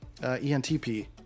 ENTP